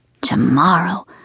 Tomorrow